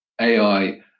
AI